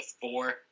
four